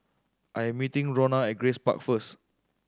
I am meeting Ronna at Grace Park first